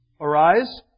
Arise